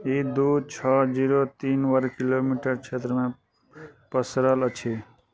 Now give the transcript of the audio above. ई दू छओ जीरो तीन वर्ग किलोमीटर क्षेत्रमे पसरल अछि